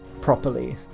properly